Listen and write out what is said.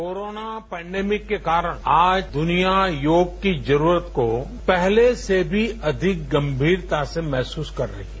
corona pandemic के कारण आज दनिया योग की जरूरत को पहले से भी अधिक गंभीरता से महसूस कर रही है